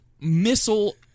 missile